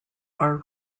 are